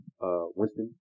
Winston